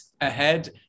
ahead